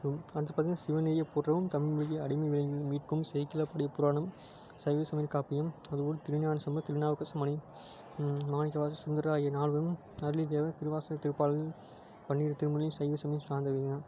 அப்றம் அடுத்து பார்த்தீங்கன்னா சிவனடியை போற்றவும் தமிழ் மொழிய அடிமை மொழியிலிருந்து மீட்கவும் சேக்கிழார் பாடிய புராணம் சைவ சமயம் காப்பியம் அந்த நூல் திருஞானசம்பந்தர் திருநாவுக்கரசர் மாணி மாணிக்கவாசகர் சுந்தரர் ஆகிய நால்வரும் அருளி தேவர் திருவாசகத் திருப்பாடல் பன்னிரு திருமுறையும் சைவ சமயம் சார்ந்தவை தான்